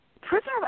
Prisoner